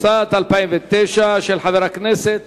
רבותי, ההצעה התקבלה ותועבר להמשך חקיקה